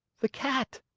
the cat,